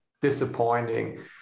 disappointing